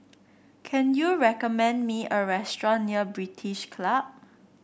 can you recommend me a restaurant near British Club